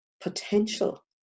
potential